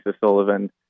Sullivan